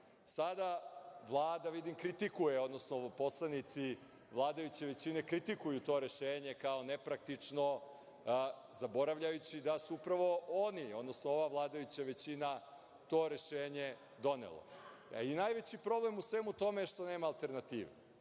vidim Vlada kritikuje, odnosno poslanici vladajuće većine kritikuju to rešenje kao nepraktično, zaboravljajući da su upravo oni, odnosno ova vladajuća većina to rešenje doneli. Najveći problem u svemu tome je što nema alternative,